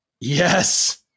Yes